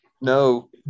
No